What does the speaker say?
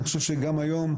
אני חושב שגם היום,